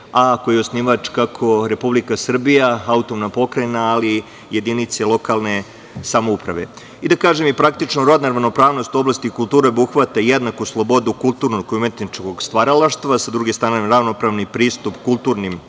a kojih je osnivač kako Republika Srbija, autonomna pokrajina, ali i jedinice lokalne samouprave. Praktično, rodna ravnopravnost u oblasti kulture obuhvata jednaku slobodu kulturnog i umetničkog stvaralaštva, a sa druge strane ravnopravni pristup kulturnim